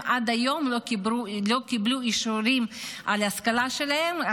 לא קיבלו עד היום אישורים על ההשכלה שלהם,